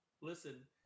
Listen